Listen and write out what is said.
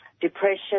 depression